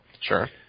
Sure